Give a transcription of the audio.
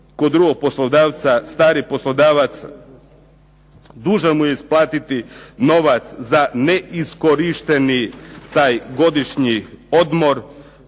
kod drugog poslodavca stari poslodavac dužan mu je isplatiti novac za neiskorišteni taj godišnji odmor.